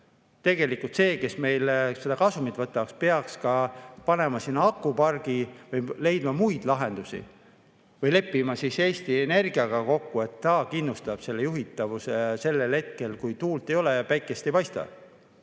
Tegelikult see, kes selle kasumi võtab, peaks panema sinna akupargi või leidma muid lahendusi või leppima Eesti Energiaga kokku, et ta kindlustab juhitavuse sellel hetkel, kui tuult ei ole ja päike ei paista. Need